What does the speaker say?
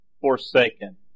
forsaken